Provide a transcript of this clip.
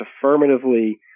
affirmatively